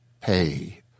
pay